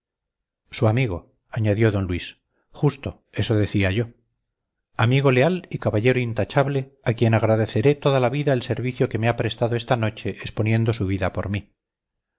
su amigo añadió d luis justo eso decía yo amigo leal y caballero intachable a quien agradeceré toda la vida el servicio que me ha prestado esta noche exponiendo su vida por mí